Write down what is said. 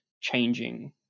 changing